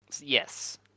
Yes